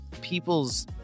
People's